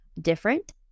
different